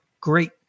great